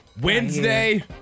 Wednesday